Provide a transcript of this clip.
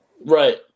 Right